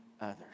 others